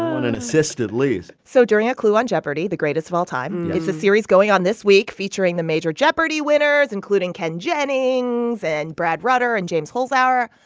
an assist at least so during a clue on jeopardy, the greatest of all time it's a series going on this week featuring the major jeopardy winners, including ken jennings and brad rutter and james holzhauer.